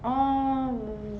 ah um